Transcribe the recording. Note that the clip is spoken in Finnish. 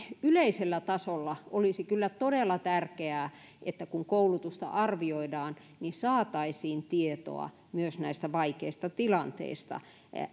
yleisellä tasolla olisi kyllä todella tärkeää että kun koulutusta arvioidaan saataisiin tietoa myös näistä vaikeista tilanteista